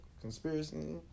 conspiracy